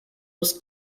was